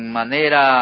manera